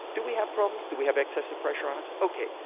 do we have problems, do we have excess of pressure on us? ok,